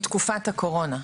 לא, לא, הם מתקופת הקורונה.